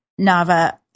Nava